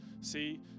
See